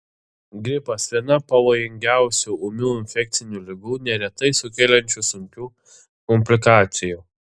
gripas viena pavojingiausių ūmių infekcinių ligų neretai sukeliančių sunkių komplikacijų